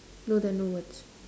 no there are no words